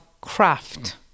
craft